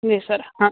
जी sir हाँ